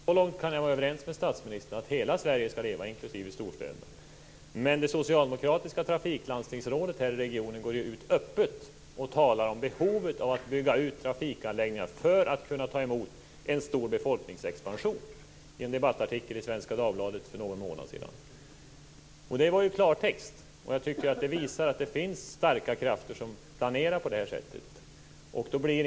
Fru talman! Så långt kan jag vara överens med statsministern. Hela Sverige skall leva, inklusive storstäderna. Men det socialdemokratiska trafiklandstingsrådet i den här regionen går ju ut och talar öppet i en debattartikel i Svenska Dagbladet för någon månad sedan om behovet av att bygga ut trafikanläggningar för att kunna ta emot en stor befolkningsexpansion. Det var klartext. Jag tycker att det visar att det finns starka krafter som planerar på det här sättet.